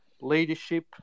leadership